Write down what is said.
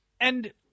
and-